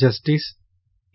justice A